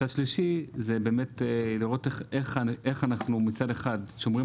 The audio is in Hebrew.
מצד שלישי צריך לראות איך אנחנו שומרים